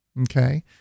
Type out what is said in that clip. Okay